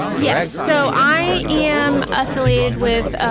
yes. so i am affiliated with